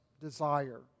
desire